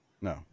No